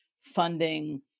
funding